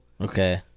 Okay